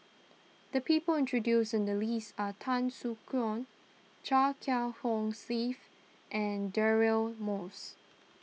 the people introduce in the list are Tan Soo Khoon Chia Kiah Hong Steve and Deirdre Moss